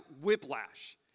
whiplash